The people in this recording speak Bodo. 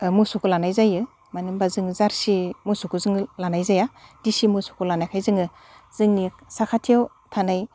मोसौखौ लानाय जायो मानो होमब्ला जों जार्सि मोसौ जोङो लानाय जाया दिसि मोसौखौ लनायखाय जोङो जोंनि साखाथियाव थानाय